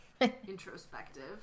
Introspective